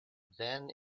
then